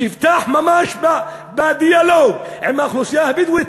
יפתח ממש בדיאלוג עם האוכלוסייה הבדואית,